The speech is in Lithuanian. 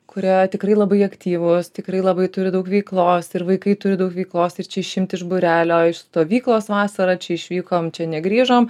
kurie tikrai labai aktyvūs tikrai labai turi daug veiklos ir vaikai turi daug veiklos ir čia išimti iš būrelio iš stovyklos vasarą čia išvykom čia negrįžom